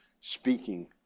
speaking